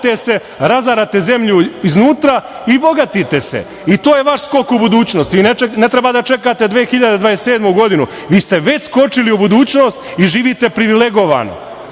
i to je vaš skok u budućnost i ne treba da čekate 2027. godinu. Vi ste već skočili u budućnost i živite privilegovano,